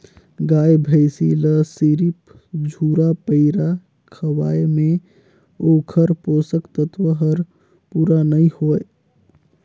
गाय भइसी ल सिरिफ झुरा पैरा खवाये में ओखर पोषक तत्व हर पूरा नई होय